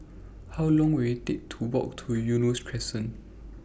How Long Will IT Take to Walk to Eunos Crescent